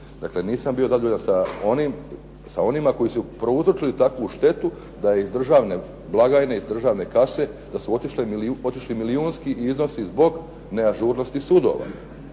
državi, nisam bio zadovoljan sa onima koji su prouzročili takvu štetu da iz državne blagajne, iz državne kase da su otišli milijunski iznosi zbog neažurnosti sudova.